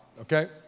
okay